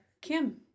Kim